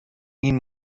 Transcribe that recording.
این